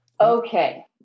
Okay